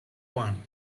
one